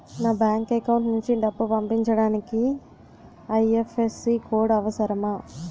నా bank account నుంచి డబ్బు పంపించడానికి ఐ.ఎఫ్.ఎస్.సి కోడ్ అవసరమా?